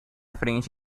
frente